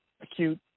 acute